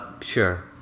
sure